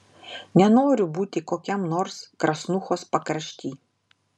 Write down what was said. nenoriu būti kokiam nors krasnuchos pakrašty